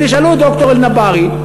ותשאלו את ד"ר אלנבארי.